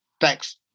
Thanks